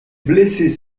blessés